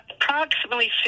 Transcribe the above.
approximately